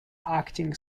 acting